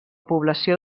població